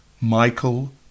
Michael